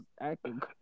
acting